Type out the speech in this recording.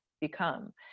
become